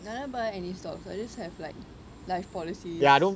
I never buy any stocks I just have like life policies